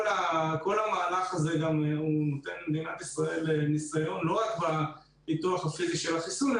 כל המהלך הזה נותן למדינת ישראל ניסיון לא רק בפיתוח הפיזי של החיסון,